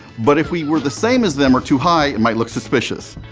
but if we were the same as them or too high, it might look suspicious.